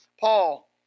Paul